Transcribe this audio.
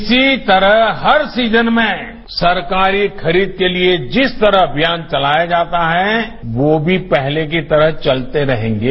इसी तरह हर सीजन में सरकारी खरीद के लिए जिस तरह अभियान चलाया जाता है वो भी पहले की तरह चलते रहेंगे